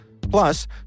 Plus